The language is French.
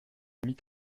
mit